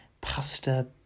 pasta